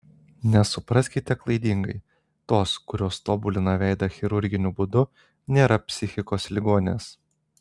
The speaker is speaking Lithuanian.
nesupraskite klaidingai tos kurios tobulina veidą chirurginiu būdu nėra psichikos ligonės